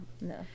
No